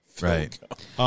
Right